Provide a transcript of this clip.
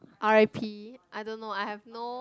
R_I_P I don't know I have no